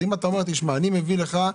אז אם אתה אומר "תשמע, אני מביא לך,